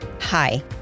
Hi